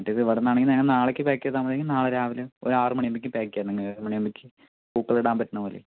മറ്റേത് ഇവിടുന്നാണെങ്കില് നിങ്ങൾ നാളേയ്ക്ക് പാക് ചെയ്താൽ മതിയെങ്കിൽ നാളെ രാവിലെ ഒരാറ് മണിയാവുമ്പഴേക്കും പാക്ക് ചെയ്യാം നിങ്ങൾ ഏഴുമണിയാവുമ്പഴേക്കും പൂക്കളമിടാൻ പറ്റുന്ന പോലെ